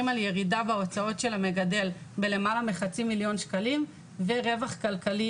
על ירידה בהוצאות של המגדל בלמעלה מחצי מיליון שקלים ורווח כלכלי